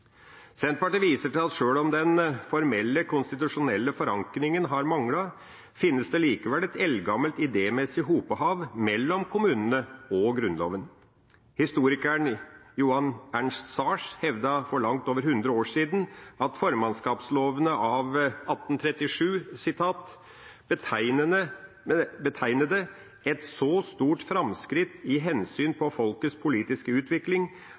Senterpartiet viser til at sjøl om den formelle konstitusjonelle forankringa har manglet, finnes det et eldgammelt idémessig hopehav mellom kommunene og Grunnloven. Historikeren Johan Ernst Sars hevdet for langt over hundre år siden at formannskapslovene av 1837 «betegnede et saa stort fremskridt i hensyn paa folkets politiske utvikling,